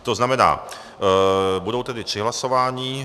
To znamená, budou tedy tři hlasování.